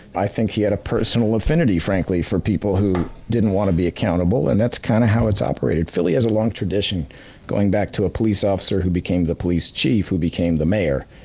i think he had a personal affinity frankly for people who didn't want to be accountable, and that's kind of how it's operated. philly has a long tradition going back to a police officer who became the police chief who became the mayor,